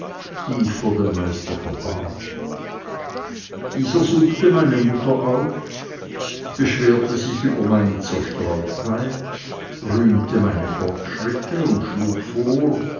die ich vor dem meister verbarg dieser suchte meine mutter auf beschwerte sich über meine zerstreutheit rühmte meine fortschritte und schlug vor